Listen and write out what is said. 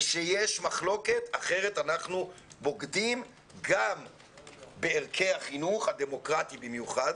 ויש מחלוקת אחרת אנחנו בוגדים גם בערכי החינוך הדמוקרטי במיוחד,